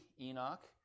Enoch